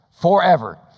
Forever